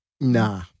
Nah